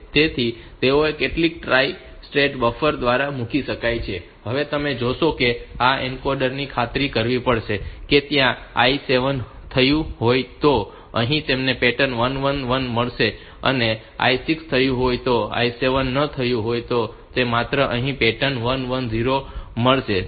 તેથી તેઓને કેટલાક ટ્રાઇ સ્ટેટ બફર દ્વારા મૂકી શકાય છે અને હવે તમે જોશો કેઆ એન્કોડર એ ખાતરી કરશે કે ત્યાં I 7 થયું હોય તો અહીં તમને પેટર્ન 1 1 1 મળશે અને જો I 6 થયું હોય અને I 7 ન થયું હોય તો માત્ર તમને અહીં પેટર્ન 1 1 0 મળશે